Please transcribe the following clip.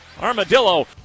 Armadillo